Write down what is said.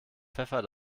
pfeffer